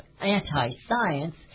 anti-science